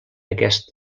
aquest